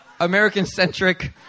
American-centric